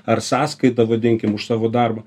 ar sąskaitą vadinkim už savo darbą